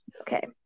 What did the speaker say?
Okay